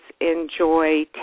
enjoy